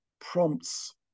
prompts